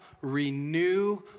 renew